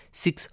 six